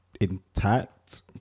intact